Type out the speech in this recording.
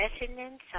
resonance